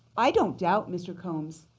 i don't doubt mr. combs